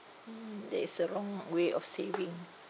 that is a wrong way of saving